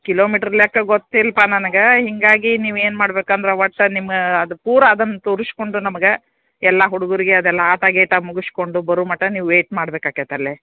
kilometre ಲೆಕ್ಕ ಗೊತ್ತಿಲ್ಲ ಪಾ ನನಗೆ ಹೀಗಾಗಿ ನೀವು ಏನು ಮಾಡ್ಬೇಕಂದ್ರೆ ಒಟ್ಟು ನಿಮ್ಮ ಅದು ಪೂರ ಅದನ್ನ ತೋರಿಸ್ಕೊಂಡು ನಮಗೆ ಎಲ್ಲ ಹುಡುಗರ್ಗೆ ಅದೆಲ್ಲ ಆಟ ಗೀಟ ಮುಗಸ್ಕೊಂಡು ಬರೋಮಟ ನೀವು ವೆಯ್ಟ್ ಮಾಡ್ಬೇಕು ಆಕೇತೆ ಅಲ್ಲೇ